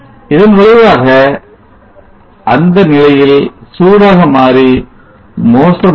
இதன் விளைவாக இந்த அந்த நிலையில் சூடாக மாறி மோசமடையும்